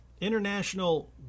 International